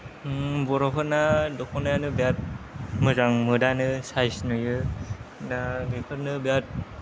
बर'फोरना दख'नायानो बिराद मोजां मोदानो साइज नुयो दा बेफोरनो बिराद